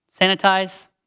sanitize